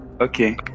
okay